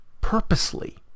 purposely